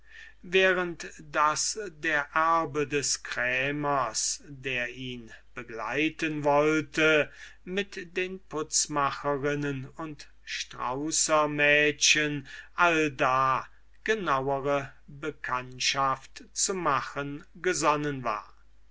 während daß der erbe des krämers der ihn begleiten wollte mit den putzmacherinnen und sträußermädchen allda genauere bekanntschaft zu machen gesonnen war